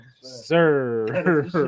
sir